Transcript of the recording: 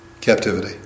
captivity